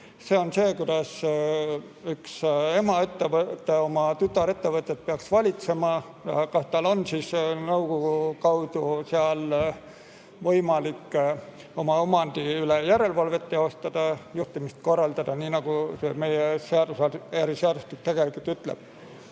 See on see, kuidas üks emaettevõte oma tütarettevõtet peaks valitsema, kas tal on siis nõukogu kaudu seal võimalik oma omandi üle järelevalvet teostada, juhtimist korraldada, nii nagu meie äriseadustik ütleb.